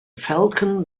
falcon